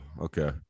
okay